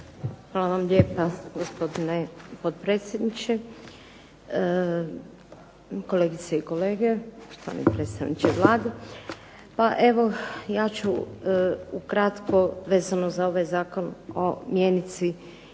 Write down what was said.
Hvala lijepa gospodine potpredsjedniče, kolegice i kolege, poštovani predstavniče Vlade. Ja ću ukratko vezano za ovaj Zakon o mjenici izraziti